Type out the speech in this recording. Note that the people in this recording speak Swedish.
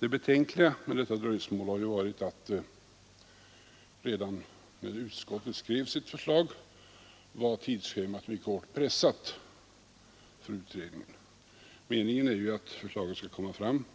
Det betänkliga med detta dröjsmål har varit att tidsschemat för denna utredning, redan när utskottet skrev sitt förslag, var mycket hårt pressat. Meningen är att förslag skall framläggas